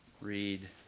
read